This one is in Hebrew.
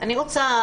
אני רוצה